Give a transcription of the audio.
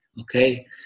okay